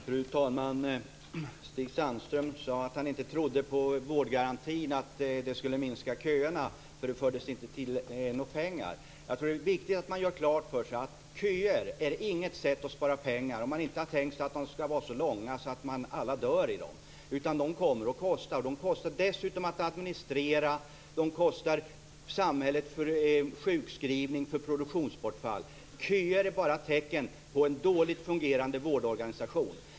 Fru talman! Stig Sandström sade att han inte trodde på att vårdgarantin skulle minska köerna, eftersom det inte tillfördes tillräckligt med pengar. Det är nog viktigt att göra klart för sig att köer inte är något bra sätt att spara pengar, om man inte har tänkt sig att de skall vara så långa att alla som står i kö dör. Köerna kostar dessutom att administrera. De kostar också samhället för sjukskrivningar och produktionsbortfall. Köer är bara tecken på en dåligt fungerande vårdorganisation.